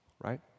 right